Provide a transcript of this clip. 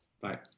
Bye